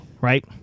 Right